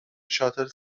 شاتل